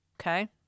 Okay